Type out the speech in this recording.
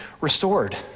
restored